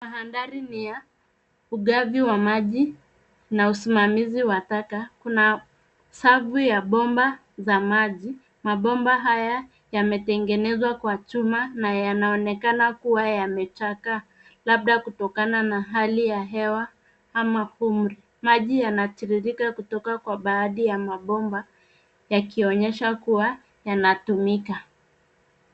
Mandhari ni ya ugavi wa maji na usimamizi wa taka. Kuna safu ya bomba za maji. Mabomba haya yametengenezwa kwa chuma na yanaonekana kuwa yamechakaa labda kutokana na hali ya hewa ama umri. Maji yanatiririka kutoka kwa baadhi ya mabomba yakionyesha kuwa yanatumika.